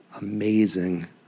amazing